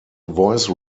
voice